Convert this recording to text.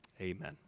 Amen